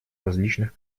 различных